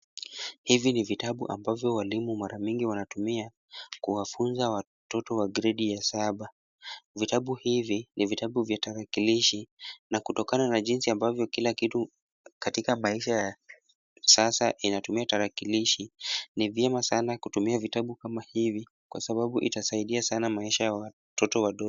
Hivi ni vitabu ambavyo walimu mara mingi wanatumia kuwafunza watoto wa gredi ya saba, vitabu hivi ni vitabu vya tarakilishi na kutokana na jinsi ambavyo kila kitu katika maisha ya sasa inatumia tarakilishi ni vyema sana kutumia vitabu kama hivi kwa sababu itasaidia sana maisha ya watoto wadogo.